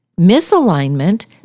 Misalignment